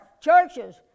churches